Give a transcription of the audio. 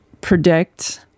predict